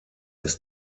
ist